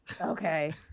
okay